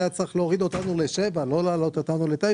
היה צריך להוריד אותנו ל-7 ולא להעלות אותנו ל-9.